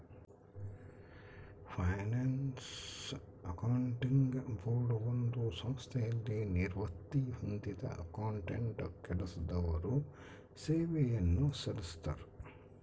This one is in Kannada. ಫೈನಾನ್ಸ್ ಅಕೌಂಟಿಂಗ್ ಬೋರ್ಡ್ ಒಂದು ಸಂಸ್ಥೆಯಲ್ಲಿ ನಿವೃತ್ತಿ ಹೊಂದಿದ್ದ ಅಕೌಂಟೆಂಟ್ ಕೆಲಸದವರು ಸೇವೆಯನ್ನು ಸಲ್ಲಿಸ್ತರ